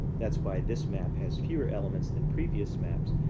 that's why this map has fewer elements than previous maps.